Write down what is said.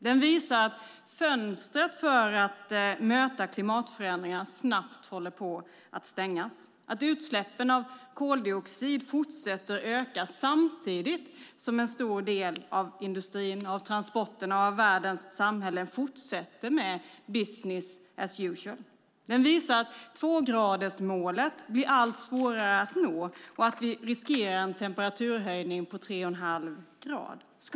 Den visar att fönstret för att möta klimatförändringarna snabbt håller på att stängas, att utsläppen av koldioxid fortsätter att öka samtidigt som en stor del av industrin, transporterna och världens samhällen fortsätter med business as usual. Den visar att tvågradersmålet blir allt svårare att nå och att vi riskerar en temperaturhöjning på 3,5 grader.